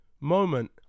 moment